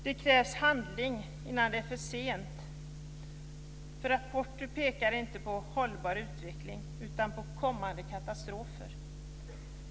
Det krävs handling innan det är för sent, för rapporten pekar inte på hållbar utveckling utan på kommande katastrofer.